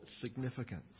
significance